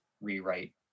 rewrite